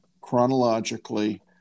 chronologically